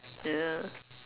ya